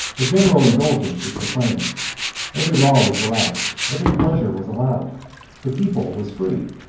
a general indulgence was proclaimed every law was relaxed, every pleasure was allowed the people was free,